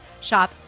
shop